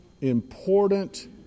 important